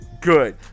Good